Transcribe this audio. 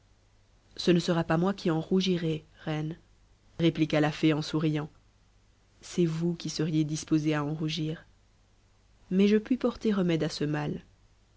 ce ne sera pas moi qui en rougirai reine répliqua la fée en souriant c'est vous qui seriez disposée à en rougir mais je puis porter remède à ce mal